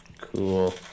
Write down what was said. Cool